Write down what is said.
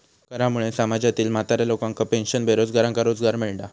करामुळे समाजातील म्हाताऱ्या लोकांका पेन्शन, बेरोजगारांका रोजगार मिळता